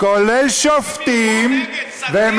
כולל שרים, אוי